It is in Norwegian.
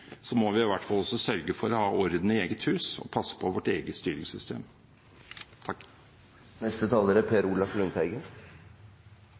må vi i hvert fall sørge for å ha orden i eget hus og passe på vårt eget styringssystem. Temaet her, om godt styresett og antikorrupsjon, er